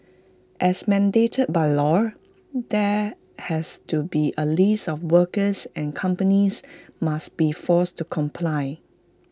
as mandated by law there has to be A list of workers and companies must be forced to comply